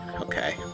Okay